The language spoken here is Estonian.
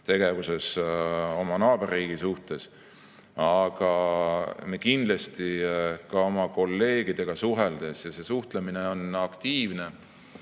tegevuses oma naaberriigi suhtes. Aga kindlasti ka oma kolleegidega suheldes – ja see suhtlemine on aktiivne